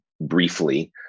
briefly